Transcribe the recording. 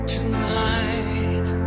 Tonight